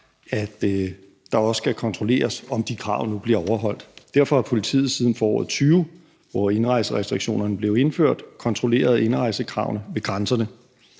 at det også skal kontrolleres, om de krav nu bliver overholdt. Derfor har politiet siden foråret 2020, hvor indrejserestriktionerne blev indført, kontrolleret indrejsekravene ved grænserne.